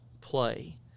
play